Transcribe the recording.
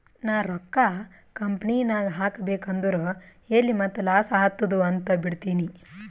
ನಾ ರೊಕ್ಕಾ ಕಂಪನಿನಾಗ್ ಹಾಕಬೇಕ್ ಅಂದುರ್ ಎಲ್ಲಿ ಮತ್ತ್ ಲಾಸ್ ಆತ್ತುದ್ ಅಂತ್ ಬಿಡ್ತೀನಿ